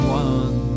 one